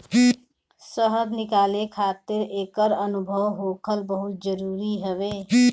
शहद निकाले खातिर एकर अनुभव होखल बहुते जरुरी हवे